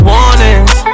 Warnings